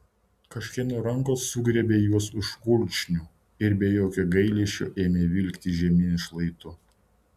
kažkieno rankos sugriebė juos už kulkšnių ir be jokio gailesčio ėmė vilkti žemyn šlaitu